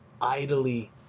idly